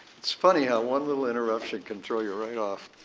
it's funny how one little interruption can throw you right off.